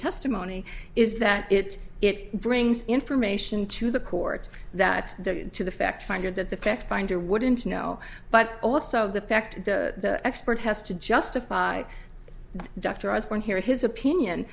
testimony is that it it brings information to the court that to the fact finder that the fact finder wouldn't know but also the fact the expert has to justify dr osborne here his opinion